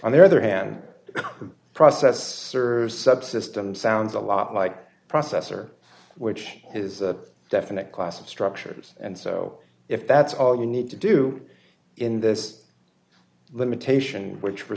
on the other hand process server subsystem sounds a lot like processor which is a definite class of structures and so if that's all you need to do in this limitation which for